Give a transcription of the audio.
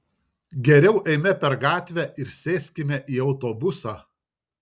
geriau eime per gatvę ir sėskime į autobusą